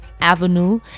Avenue